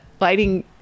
lighting